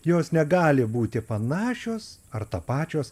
jos negali būti panašios ar tapačios